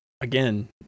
again